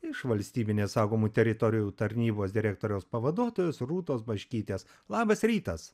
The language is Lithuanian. iš valstybinės saugomų teritorijų tarnybos direktoriaus pavaduotojos rūtos baškytės labas rytas